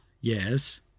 yes